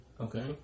okay